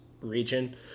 region